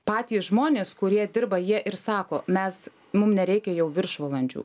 patys žmonės kurie dirba jie ir sako mes mum nereikia jau viršvalandžių